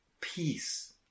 peace